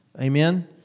Amen